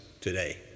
today